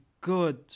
good